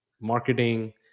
marketing